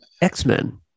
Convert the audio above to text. X-Men